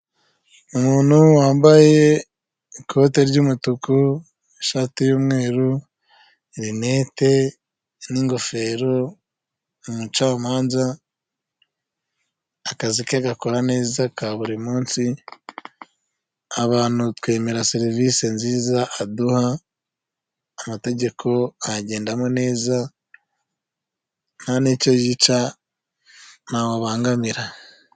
Umuntu wambaye ikoti ry'umutuku ishati y'umweru rineti n'ingofero umucamanza akazi ke agakora neza ka buri munsi abantu twemera serivisi nziza aduha amategeko ayagendamo neza nta n'icyo yica ntabangamira.